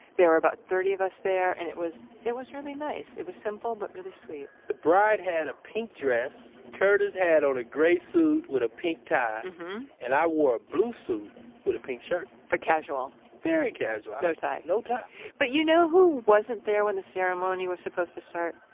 there were about thirty of us there, and it was, it was really nice. it was simple but really sweet the bride had a pink dress, curtis had on a gray suit with a pink tie and i wore a blue suit with a pink shirt but casual very casual no tie no tie but you know who wasn't there when the ceremony was supposed to start?